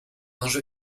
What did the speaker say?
enjeu